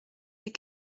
des